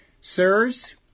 Sirs